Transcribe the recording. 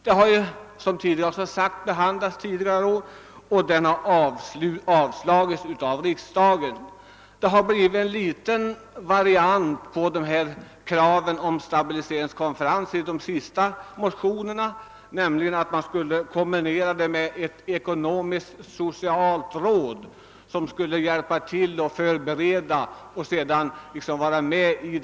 Det förslaget har behandlats tidigare år och då avslagits av riksdagen. Men i de senaste motionerna har man framfört en liten variant, nämligen att stabiliscringskonferensen skulle kombineras med ett ekonomisk-socialt råd som skulle hjälpa till att förbereda den och sedan bistå konferensdeltagarna.